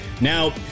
now